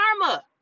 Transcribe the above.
karma